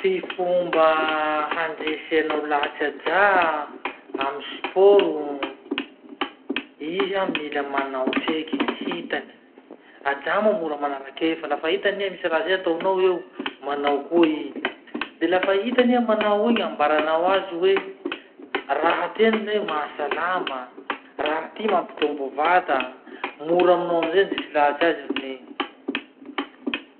Ty fomba handreseanao lahatsy ajà amy sporo, iha mila manao tseky, hitany. Ajà moa mora manarakefa. Lafa hitany iha misy raha zay ataonao eo, manao koa i. De lafa hitany iha manao iny, ambaranao azy hoe: raha ty any lay mahasalama, raha ty mampitombo vata. Mora aminao amizay handresy lahatsy azy amin'igny.